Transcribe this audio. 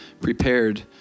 prepared